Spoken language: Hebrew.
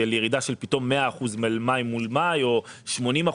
של ירידה פתאום של 100% מאי מול מאי או 80%,